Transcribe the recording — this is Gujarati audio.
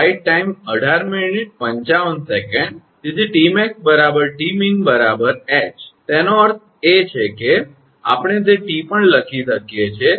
તેથી 𝑇𝑚𝑎𝑥 𝑇𝑚𝑖𝑛 𝐻 તેનો અર્થ એ કે આપણે તે 𝑇 પણ લખી શકીએ છીએ